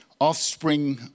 offspring